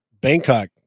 Bangkok